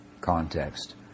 context